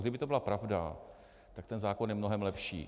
Kdyby to byla pravda, tak ten zákon je mnohem lepší.